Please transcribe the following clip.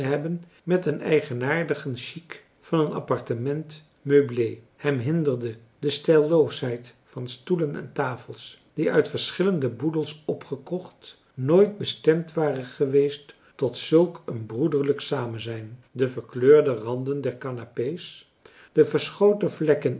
hebben met den eigenaardigen chic van een appartement meublé hem hinderde de stijlloosheid van stoelen en tafels die uit verschillende boedels opgekocht nooit bestemd waren geweest tot zulk een broederlijk samenzijn de verkleurde randen der canapé's de verschoten vlekken